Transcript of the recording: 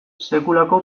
sekulako